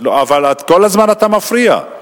אבל כל הזמן אתה מפריע.